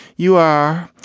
you are.